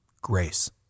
Grace